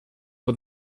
for